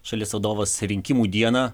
šalies vadovas rinkimų dieną